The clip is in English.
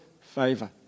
favour